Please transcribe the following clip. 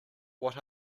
what